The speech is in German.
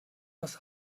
das